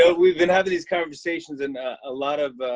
ah we've been having these conversations, and a lot of